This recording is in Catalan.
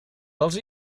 dels